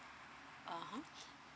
(uh huh)